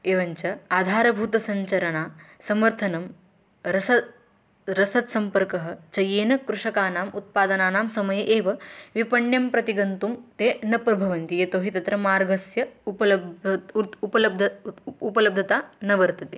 एवञ्च आधारभूतसञ्चारणायाः समर्थनं रसः रसात् सम्पर्कः च येन कृषकाणाम् उत्पादानां समये एव विपणिं प्रति गन्तुं ते न प्रभवन्ति यतो हि तत्र मार्गस्य उपलब्धता उत उपलब्धिः उत उपलब्धता न वर्तते